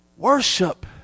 Worship